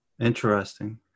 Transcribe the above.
interesting